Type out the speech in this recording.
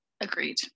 agreed